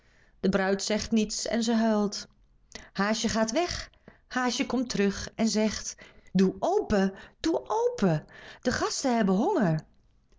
de bruid zegt niets en ze huilt haasje gaat weg haasje komt terug en zegt doe open doe open de gasten hebben honger